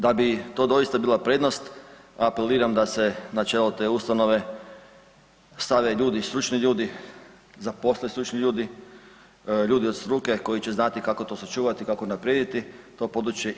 Da bi to doista bila prednost, apeliram da se na čelo te ustanove stave ljudi, stručni ljudi, zaposle stručni ljudi, ljudi od struke koji će znati kako to sačuvati, kako to unaprijediti područje.